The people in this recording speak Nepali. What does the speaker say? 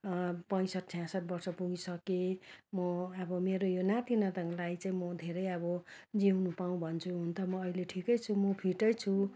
पैँसठ् छयसठ् वर्ष पुगी सकेँ म अब मेरो यो नाति नातिनीलाई चाहिँ म धेरै अब जिउनु पाऊँ भन्छु हुन त म अहिले ठिकै छु म फिटै छु